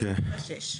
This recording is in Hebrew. אפס נקודה שש.